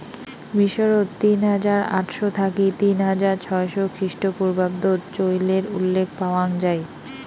মিশরত তিন হাজার আটশ থাকি তিন হাজার ছয়শ খ্রিস্টপূর্বাব্দত চইলের উল্লেখ পাওয়াং যাই